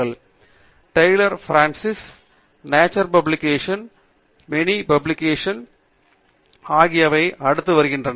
பின்னர் டெய்லர் மற்றும் ஃபிரான்சிஸ் குழு நேச்சர் பப்ளிகேஷன்ஸ் குழு மற்றும் மேனி பப்ளிஷிங் ஆகியவற்றைப் பெறுகிறது